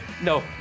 No